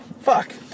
Fuck